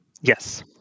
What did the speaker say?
Yes